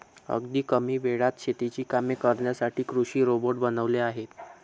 अगदी कमी वेळात शेतीची कामे करण्यासाठी कृषी रोबोट बनवले आहेत